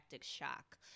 shock